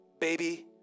baby